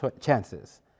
chances